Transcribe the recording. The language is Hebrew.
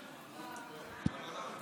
רוטמן.